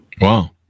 Wow